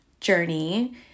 journey